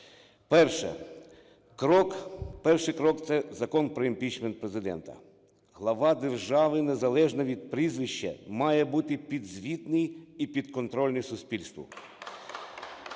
Перше. Крок, перший крок – це закон про імпічмент Президента. Глава держави незалежно від прізвища має бути підзвітний і підконтрольний суспільству.